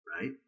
right